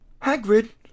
Hagrid